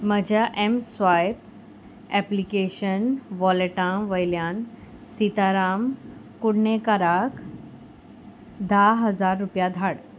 म्हज्या mSwipe application वॉलेटा वयल्यान सिताराम कुडणेकाराक धा हजार रुपया धाड